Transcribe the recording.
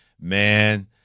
Man